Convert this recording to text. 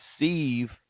receive